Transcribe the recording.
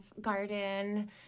garden